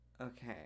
Okay